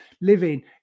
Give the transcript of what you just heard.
living